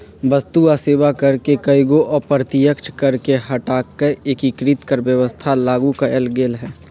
वस्तु आ सेवा कर में कयगो अप्रत्यक्ष कर के हटा कऽ एकीकृत कर व्यवस्था लागू कयल गेल हई